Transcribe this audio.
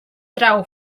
trau